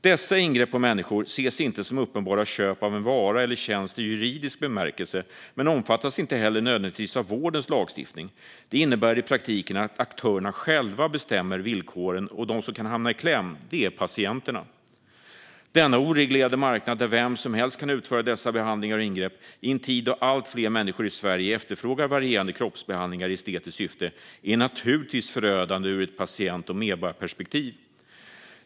Dessa ingrepp på människor ses inte som uppenbara köp av en vara eller tjänst i juridisk bemärkelse, men de omfattas inte heller nödvändigtvis av vårdens lagstiftning. Det innebär i praktiken att aktörerna själva bestämmer villkoren, och de som kan hamna i kläm är patienterna. Denna oreglerade marknad, där vem som helst kan utföra dessa behandlingar och ingrepp, i en tid då allt fler människor i Sverige efterfrågar varierande kroppsbehandlingar i estetiskt syfte, är naturligtvis förödande ur ett patient och medborgarperspektiv.